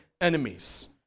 enemies